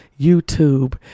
YouTube